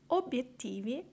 obiettivi